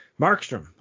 Markstrom